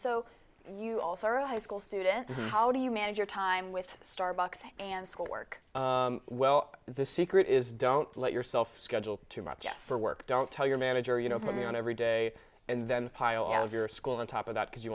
so you also are a high school student how do you manage your time with starbucks and school work well the secret is don't let yourself schedule too much for work don't tell your manager you know put me on every day and then pile as your school on top of that because you